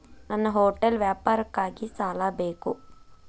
ನನ್ನ ಹೋಟೆಲ್ ವ್ಯಾಪಾರಕ್ಕಾಗಿ ಸಾಲ ಬೇಕು